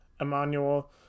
Emmanuel